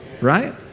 Right